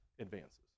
advances